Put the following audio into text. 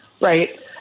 right